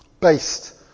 based